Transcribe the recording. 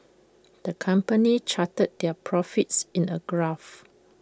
the company charted their profits in A graph